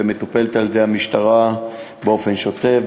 ומטופלת על-ידי המשטרה באופן שוטף,